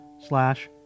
slash